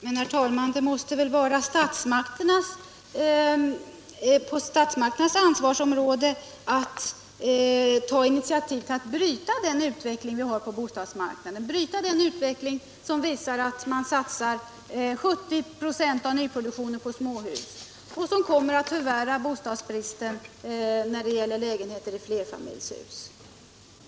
Herr talman! Det måste väl ligga inom statsmakternas ansvarsområde att ta initiativ för att bryta den utveckling vi har på bostadsmarknaden — den utveckling som visar att 70 26 av nyproduktionen utgörs av småhus och som kommer att förvärra bostadsbristen när det gäller lägenheter i flerfamiljshus.